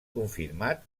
confirmat